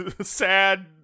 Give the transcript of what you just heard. sad